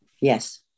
Yes